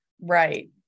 Right